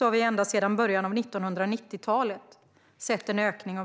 har vi ända sedan början av 1990-talet sett en ökning.